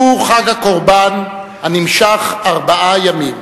הוא חג הקורבן, הנמשך ארבעה ימים.